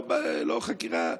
לא חקירה.